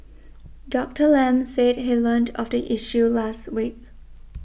Doctor Lam said he learnt of the issue last week